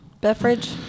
beverage